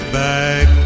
back